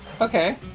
Okay